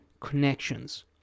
connections